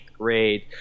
grade